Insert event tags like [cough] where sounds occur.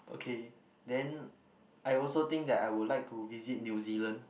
okay then [noise] I also think that I would like to visit New-Zealand